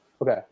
Okay